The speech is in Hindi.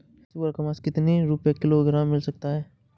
सुअर का मांस कितनी रुपय किलोग्राम मिल सकता है?